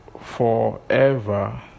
forever